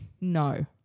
no